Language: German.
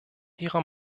ihrer